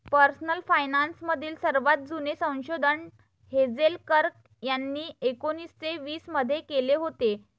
personal finance मधील सर्वात जुने संशोधन हेझेल कर्क यांनी एकोन्निस्से वीस मध्ये केले होते